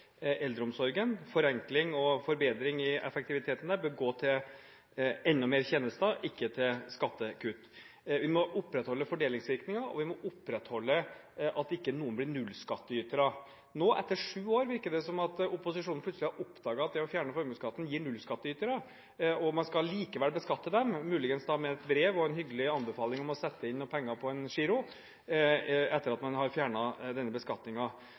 eldreomsorgen. Forenkling, forbedring og effektivisering bør føre til enda mer tjenester, ikke til skattekutt. Vi må opprettholde fordelingsvirkninger, og vi må opprettholde det at ikke noen blir nullskattytere. Nå etter sju år virker det som om opposisjonen plutselig har oppdaget at det å fjerne formuesskatten, gir nullskattytere. Man skal likevel beskatte dem, muligens da et brev og en hyggelig anbefaling om å sette inn noen penger på en konto – etter at man har fjernet denne